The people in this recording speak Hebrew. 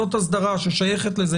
זאת אסדרה ששייכת לזה